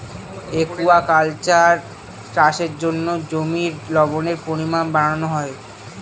aquaculture চাষের জন্য জমির লবণের পরিমান বাড়ানো হয়